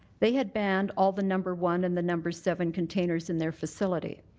they had banned all the number one and the number seven containers in their facility.